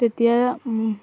তেতিয়া